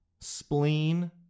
spleen